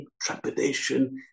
trepidation